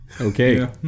okay